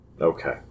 Okay